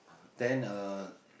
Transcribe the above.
then uh